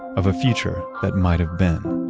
of a future that might have been.